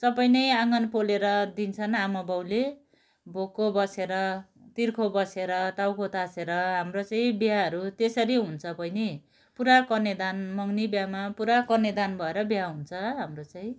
सबै नै आँगन पोलेर दिन्छन् आमाबाउले भोको बसेर तिर्खो बसेर टाउको तासेर हाम्रो चाहिँ बिहाहरू त्यसरी हुन्छ बहिनी पुरा कन्यादान मगनी बिहामा पुरा कन्यादान भएर बिहा हुन्छ हाम्रो चाहिँ